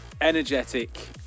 energetic